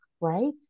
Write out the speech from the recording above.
right